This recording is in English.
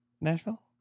nashville